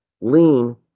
lean